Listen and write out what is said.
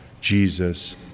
Jesus